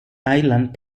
island